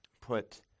put